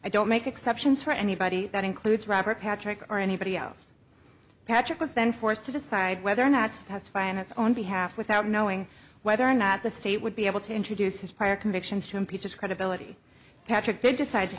i don't make exceptions for anybody that includes robert patrick or anybody else patrick was then forced to decide whether or not to testify on his own behalf without knowing whether or not the state would be able to introduce his prior convictions to impeach its credibility patrick did decide to